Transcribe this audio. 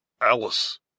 Alice